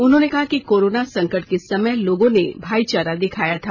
उन्होंने कहा कि कोरोना संकट के समय लोगों ने भाईचारा दिखाया था